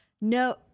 No